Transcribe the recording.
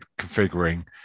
configuring